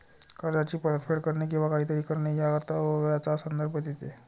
कर्जाची परतफेड करणे किंवा काहीतरी करणे या कर्तव्याचा संदर्भ देते